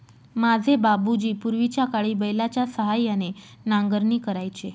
माझे बाबूजी पूर्वीच्याकाळी बैलाच्या सहाय्याने नांगरणी करायचे